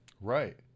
Right